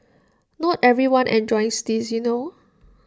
not everyone enjoys this you know